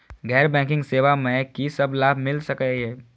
गैर बैंकिंग सेवा मैं कि सब लाभ मिल सकै ये?